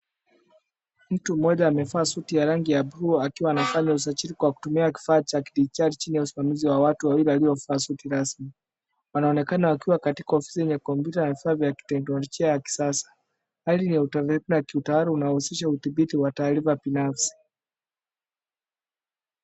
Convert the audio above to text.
Mtu moja ambaye amevalia suti ya buluu anaonekana akifanya usajili ya kidijitali akiwa karibu na watu waliovalia suti rasmi. Wanaonekana wakiwa kwenye ofisi yenye kompyuta na vifaa vya kiteknolojia ya kisasa. Hali hii ya kiutawala inahusisha udhibiti wa taarifa ya kibinafsi.